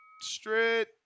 straight